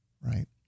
right